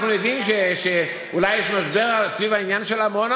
אנחנו יודעים שאולי יש משבר סביב העניין של עמונה,